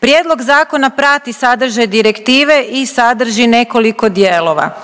Prijedlog zakona prati sadržaj direktive i sadrži nekoliko dijelova.